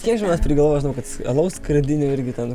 kiek žmonės prigalvojo alaus skardinių irgi ten